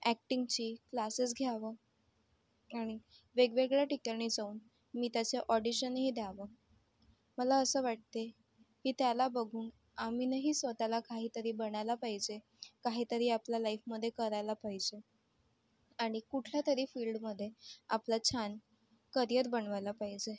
अॅक्टिंगची classes घ्यावं आणि वेगवेगळ्या ठिकाणी जाऊन मी त्याचं ऑडिशनही द्यावं मला असं वाटते की त्याला बघून आम्हीही स्वतःला काहीतरी बनायला पाहिजे काहीतरी आपल्या लाईफमध्ये करायला पाहिजे आणि कुठल्या तरी फील्डमध्ये आपलं छान करिअर बनवायला पाहिजे